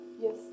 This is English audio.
yes